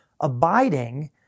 abiding